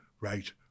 Right